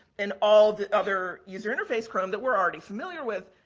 and all the other user interface chrome that we're already familiar with.